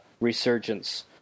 resurgence